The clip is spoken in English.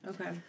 Okay